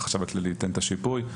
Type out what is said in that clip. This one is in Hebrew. החשב הכללי ייתן את השיפוי.